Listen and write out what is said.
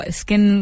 skin